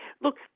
Look